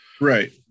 Right